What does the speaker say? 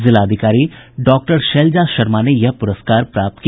जिलाधिकारी डॉक्टर शैलजा शर्मा ने यह पुरस्कार प्राप्त किया